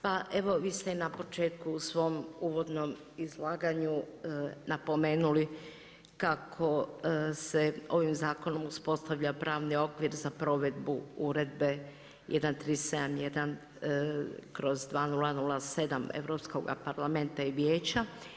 Pa evo vi ste na početku u svom uvodnom izlaganju napomenuli kako se ovim zakonom uspostavlja pravni okvir za provedbu Uredbe 1371/2007 Europskog parlamenta i Vijeća.